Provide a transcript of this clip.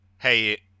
Hey